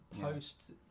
post